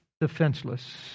defenseless